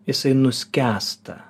jisai nuskęsta